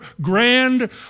grand